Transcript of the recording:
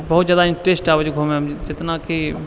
बहुत जादा इंटरेस्ट आबै छै घूमैमे जेतना कि